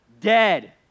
dead